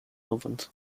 movement